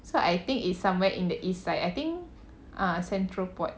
so I think it's somewhere in the east side I think err central port